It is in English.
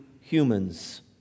humans